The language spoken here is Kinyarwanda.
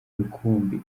rukumbi